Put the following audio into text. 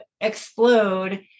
explode